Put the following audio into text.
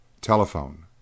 Telephone